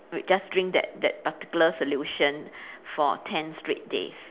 just drink that that particular solution for ten straight days